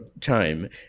time